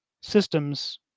systems